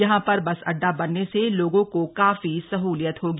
यहां पर बस अड्डा बनने से लोगों को काफी सहलियत होगी